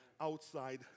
outside